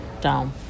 down